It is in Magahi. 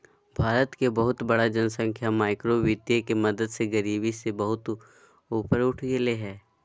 भारत के बहुत बड़ा जनसँख्या माइक्रो वितीय के मदद से गरिबी से बहुत ऊपर उठ गेलय हें